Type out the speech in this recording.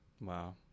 wow